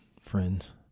friends